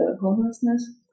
homelessness